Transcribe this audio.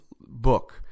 book